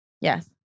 yes